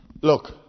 look